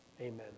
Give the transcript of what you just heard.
Amen